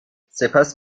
سپس